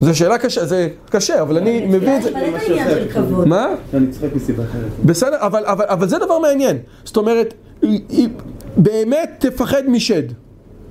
זו שאלה קשה, זה קשה, אבל אני מבין... אבל זה לא עניין של כבוד. מה? אני מצחיק מסיבה אחרת. בסדר, אבל זה דבר מעניין. זאת אומרת, באמת תפחד משד.